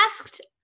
asked